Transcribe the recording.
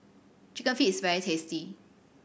Chicken Feet is very tasty